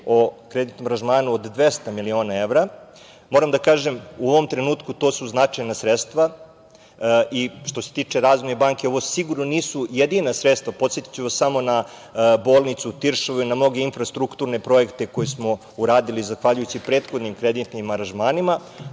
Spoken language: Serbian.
o kreditnom aranžmanu od 200 miliona evra, moram da kažem da su u ovom trenutku to značajna sredstva. Što se tiče Razvojne banke, ovo sigurno nisu jedina sredstva, podsetiću vas samo na bolnicu u Tiršovoj, na mnoge infrastrukturne projekte koje smo uradili zahvaljujući prethodnim kreditnim aranžmanima. Ono